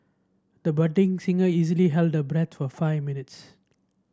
the budding singer easily held her breath for five minutes